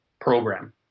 program